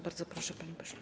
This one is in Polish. Bardzo proszę, panie pośle.